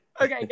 Okay